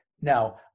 Now